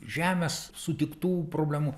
žemės sutiktų problemų